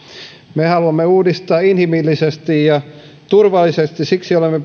me haluamme uudistaa inhimillisesti ja turvallisesti siksi olemme